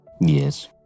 yes